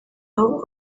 aho